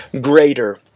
greater